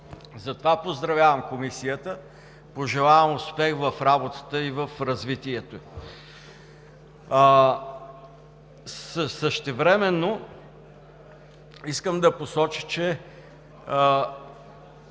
Затова поздравявам Комисията, пожелавам успех в работата и в развитието ѝ. Същевременно искам да посоча, че